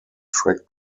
track